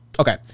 Okay